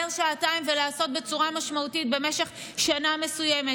שעתיים ולעשות בצורה משמעותית במשך שנה מסוימת,